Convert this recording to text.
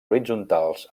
horitzontals